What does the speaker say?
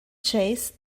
chase